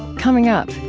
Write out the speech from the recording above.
coming up,